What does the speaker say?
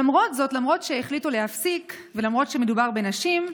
למרות שהחליטו להפסיק, ולמרות שמדובר בנשים,